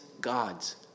God's